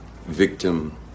victim